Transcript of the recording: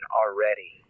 already